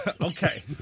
Okay